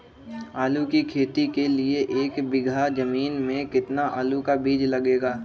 आलू की खेती के लिए एक बीघा जमीन में कितना आलू का बीज लगेगा?